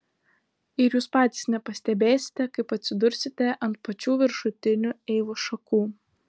ir jūs patys nepastebėsite kaip atsidursite ant pačių viršutinių eivos šakų